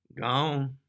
gone